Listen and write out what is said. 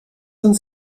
sind